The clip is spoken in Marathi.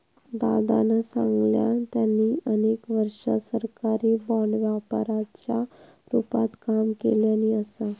दादानं सांगल्यान, त्यांनी अनेक वर्षा सरकारी बाँड व्यापाराच्या रूपात काम केल्यानी असा